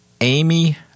Amy